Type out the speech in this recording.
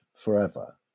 forever